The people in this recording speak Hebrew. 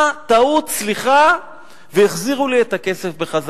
אה, טעות, סליחה, והחזירו לי את הכסף.